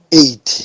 eight